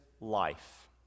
life